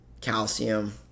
calcium